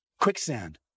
Quicksand